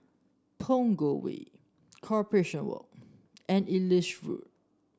Punggol Way Corporation Walk and Ellis Road